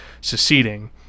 seceding